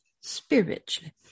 Spiritually